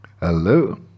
Hello